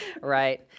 Right